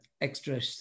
extra